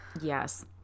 Yes